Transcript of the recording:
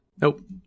Nope